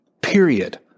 period